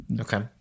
okay